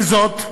עם זאת,